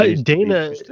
Dana